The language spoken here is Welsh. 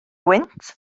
gwynt